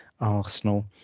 Arsenal